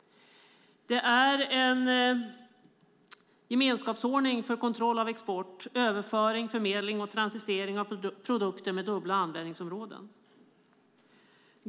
Det är en gemenskapsordning för kontroll av export, överföring, förmedling och transitering av produkter med dubbla användningsområden.